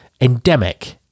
endemic